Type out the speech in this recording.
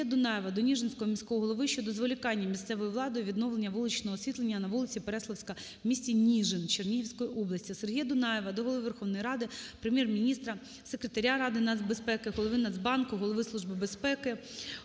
до Ніжинського міського голови щодо зволікання місцевою владою відновлення вуличного освітлення по вулиці Переяслівська в місті Ніжин Чернігівської області. Сергія Дунаєва до Голови Верховної Ради, Прем'єр-міністра, Секретаря Ради нацбезпеки, Голови Нацбанку, Голови Служби безпеки,